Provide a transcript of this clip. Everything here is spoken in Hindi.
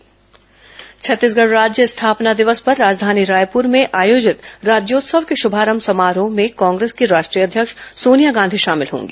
राज्योत्सव सोनिया गांधी छत्तीसगढ़ राज्य स्थापना दिवस पर राजधानी रायपुर में आयोजित राज्योत्सव के शुभारंम समारोह में कांग्रेस की राष्ट्रीय अध्यक्ष सोनिया गांधी शामिल होंगी